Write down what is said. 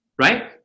right